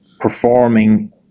performing